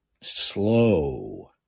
slow